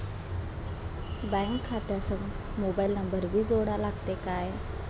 Bank खात्या संग mobile number भी जोडा लागते काय?